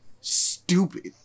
stupid